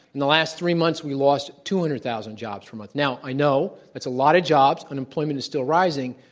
in the last three months we lost two hundred thousand jobs a month, now i know, that's a lot of jobs, unemployment is still rising.